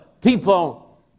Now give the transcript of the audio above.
people